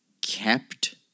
kept